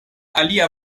alia